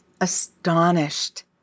astonished